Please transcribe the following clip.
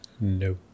No